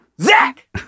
Zach